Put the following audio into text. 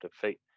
defeat